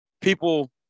people